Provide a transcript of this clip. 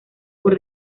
por